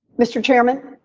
mr. chairman,